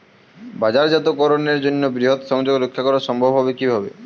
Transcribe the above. বাজারজাতকরণের জন্য বৃহৎ সংযোগ রক্ষা করা সম্ভব হবে কিভাবে?